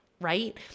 right